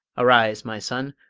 arise, my son,